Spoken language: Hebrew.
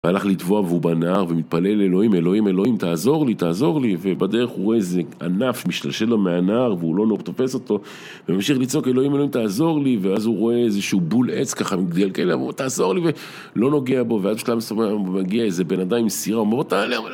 והלך לטבוע והוא בנהר, והוא מתפלל לאלוהים, "אלוהים, אלוהים, תעזור לי, תעזור לי!" ובדרך, הוא רואה איזה ענף, משתלשל לו מהנהר, והוא לא נו... תופס אותו, והוא ממשיך לצעוק, "אלוהים, אלוהים, תעזור לי", ואז הוא רואה איזה שהוא בול עץ ככה, מתגלגל אליו, והוא "תעזור לי", ו... לא נוגע בו, ואז בשלב מסוים מגיע איזה בן אדם עם סירה והוא אומר "תעלה" ...